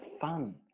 fun